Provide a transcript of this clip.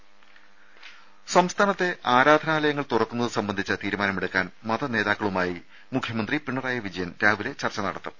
രുമ സംസ്ഥാനത്തെ ആരാധനാലയങ്ങൾ തുറക്കുന്നത് സംബന്ധിച്ച തീരുമാനമെടുക്കാൻ മതനേതാക്കളുമായി മുഖ്യമന്ത്രി പിണറായി വിജയൻ രാവിലെ ചർച്ച നടത്തും